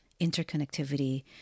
interconnectivity